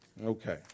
Okay